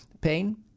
pain